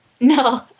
No